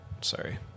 Sorry